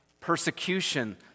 persecution